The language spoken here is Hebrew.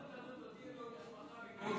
בהזדמנות הזאת תודיעי לו אם יש מחר,